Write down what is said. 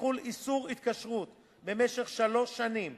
יחול איסור ההתקשרות במשך שלוש שנים